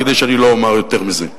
כדי שאני לא אומר יותר מזה.